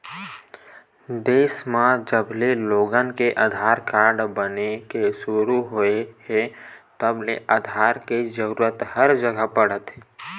देस म जबले लोगन के आधार कारड बने के सुरू होए हे तब ले आधार के जरूरत हर जघा पड़त हे